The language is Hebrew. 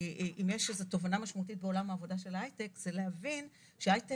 אם יש איזה תובנה משמעותית בעולם העבודה של ההייטק זה להבין שהייטק